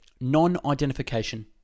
non-identification